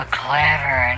clever